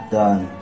done